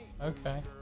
Okay